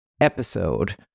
episode